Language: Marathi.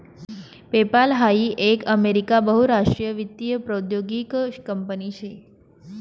पेपाल हाई एक अमेरिका बहुराष्ट्रीय वित्तीय प्रौद्योगीक कंपनी शे